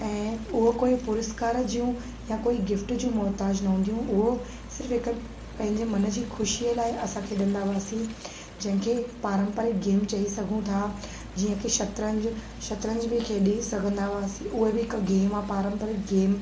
ऐं उहो कोई पुरस्कार जूं या कोई गिफ्ट जूं मोहताज न हूंदियूं उहो सिर्फु हिकु पंहिंजे मन जी ख़ुशीअ लाइ असां खेॾंदा हुआसीं जंहिंखें पारंपरिक गेम चई सघूं था जीअं की शतरंज शतरंज बि खेॾी सघंदा हुआसीं उहे बि हिकु गेम आहे पारंपरिक गेम